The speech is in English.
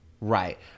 Right